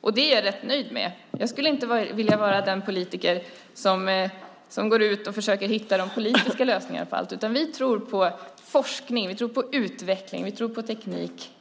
och det är jag rätt nöjd med. Jag skulle inte vilja vara en politiker som går ut och försöker hitta politiska lösningar på allt, utan vi tror på forskning, på utveckling och på teknik.